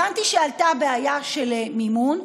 הבנתי שעלתה בעיה של מימון,